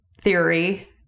theory